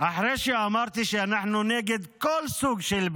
אחרי שאמרתי שאנחנו נגד כל סוג של פגיעה,